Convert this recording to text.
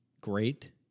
great